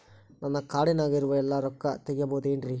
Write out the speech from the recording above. ನನ್ನ ಕಾರ್ಡಿನಾಗ ಇರುವ ಎಲ್ಲಾ ರೊಕ್ಕ ತೆಗೆಯಬಹುದು ಏನ್ರಿ?